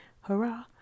hurrah